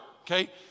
okay